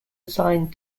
assigned